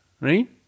right